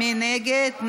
מי נגד?